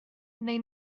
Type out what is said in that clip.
neu